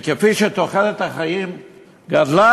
כשם שתוחלת החיים גדלה,